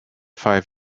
five